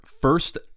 first